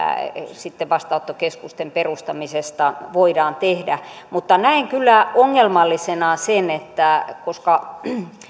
sitten vastaanottokeskusten perustamisesta voidaan tehdä mutta näen kyllä ongelmallisena sen että